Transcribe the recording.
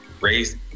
raised